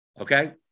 Okay